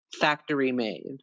factory-made